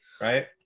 right